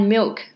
Milk